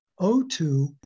O2